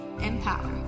empower